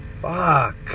Fuck